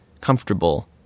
comfortable